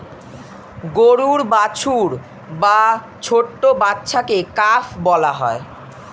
গরুর বাছুর বা ছোট্ট বাচ্ছাকে কাফ বলা হয়